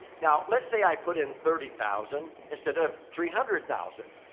now, let's say i put in thirty thousand instead of three hundred thousand.